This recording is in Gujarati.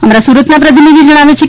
અમારા સુરતનાં પ્રતિનિધિ જણાવે છે